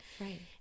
Right